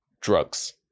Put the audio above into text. drugs